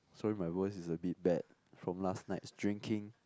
sorry my voice is a bit bad from last night's drinking